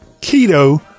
Keto